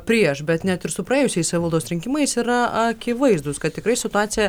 prieš bet net ir su praėjusiais savivaldos rinkimais yra akivaizdūs kad tikrai situacija